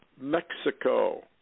Mexico